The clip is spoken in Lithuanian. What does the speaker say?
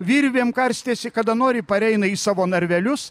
virvėm karstėsi kada nori pareina į savo narvelius